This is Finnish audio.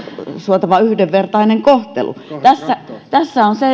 suotava yhdenvertainen kohtelu tässä tässä on